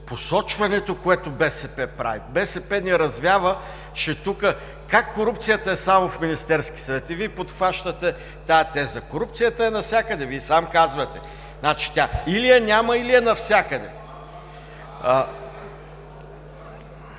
посочването, което БСП прави. БСП ни развяваше тук как корупцията е само в Министерския съвет и Вие подхващате тази теза. Корупцията е навсякъде. Вие сам казвате – тя или я няма, или е навсякъде.